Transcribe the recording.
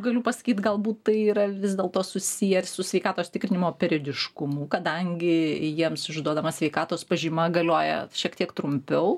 galiu pasakyt galbūt tai yra vis dėlto susiję su sveikatos tikrinimo periodiškumu kadangi jiems išduodama sveikatos pažyma galioja šiek tiek trumpiau